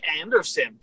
Anderson